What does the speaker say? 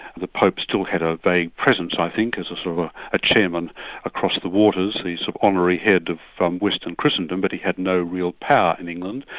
the pope still had a vague presence i think as a sort of ah a chairman across the the waters, the sort so of honorary head of um western christendom, but he had no real power in england.